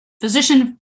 physician